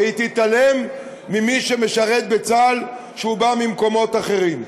ותתעלם ממי שמשרת בצה"ל ובא ממקומות אחרים.